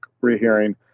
rehearing